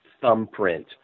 thumbprint